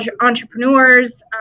entrepreneurs